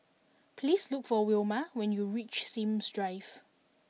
please look for Wilma when you reach Sims Drive